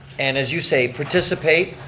and as you say, participate,